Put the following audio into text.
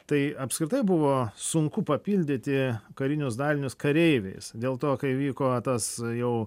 tai apskritai buvo sunku papildyti karinius dalinius kareiviais dėl to kai vyko tas jau